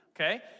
Okay